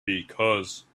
because